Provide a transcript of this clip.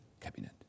cabinet